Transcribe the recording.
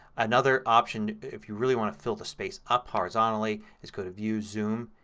another option, if you really want to fill the space up horizontally is go to view, zoom,